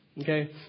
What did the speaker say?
Okay